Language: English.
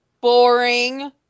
boring